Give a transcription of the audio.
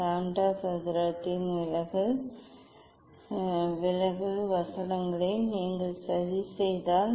lambda சதுரத்தின் விலகல் வசனங்களை நீங்கள் சதி செய்தால்